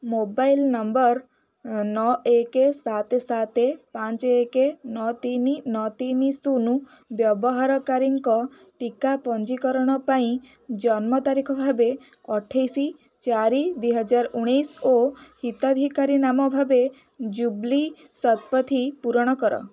mobile number ଏ ନଅ ଏକେ ସାତ ସାତ ପାଞ୍ଚ ଏକ ନଅ ତିନି ନଅ ତିନି ଶୂନ ବ୍ୟବହାରକାରୀଙ୍କ ଟୀକା ପଞ୍ଜୀକରଣ ପାଇଁ ଜନ୍ମ ତାରିଖ ଭାବେ ଅଠେଇଶ ଚାରି ଦୁଇହଜାର ଉଣେଇଶ ଓ ହିତାଧିକାରୀ ନାମ ଭାବେ ଜୁବ୍ଲି ଶତପଥୀ ପୂରଣ କର